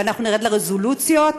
ונרד לרזולוציות.